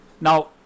now